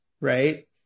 right